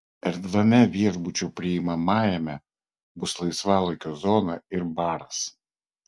erdviame viešbučio priimamajame bus laisvalaikio zona ir baras